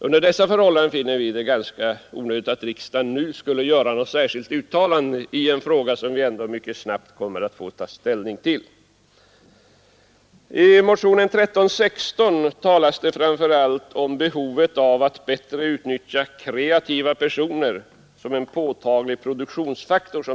Under dessa förhållanden finner vi det ganska onödigt att riksdagen nu skulle göra något särskilt uttalande i en fråga som vi ändå mycket snabbt kommer att få ta ställning till. I motionen 1316 talas det framför allt om behovet av att ”bättre utnyttja kreativa personer som en påtaglig produktionsfaktor”.